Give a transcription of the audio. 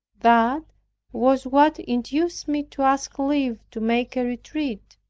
that was what induced me to ask leave to make a retreat,